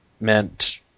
meant